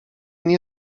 nie